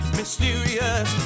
mysterious